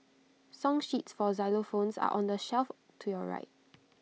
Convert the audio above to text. song sheets for xylophones are on the shelf to your right